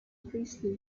priestley